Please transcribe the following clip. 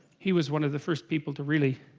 he, was one, of the first people to really?